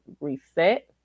reset